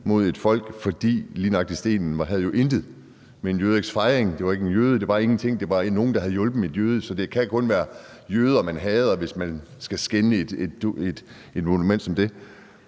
mod et folk. For lige nøjagtig den sten havde jo intet med en jødisk fejring at gøre, men det handlede om nogen, der havde hjulpet en jøde. Så det kan kun være jøder, man hader, hvis man skal skænde et monument som det,